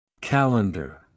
Calendar